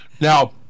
Now